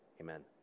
amen